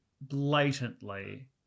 blatantly